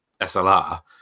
SLR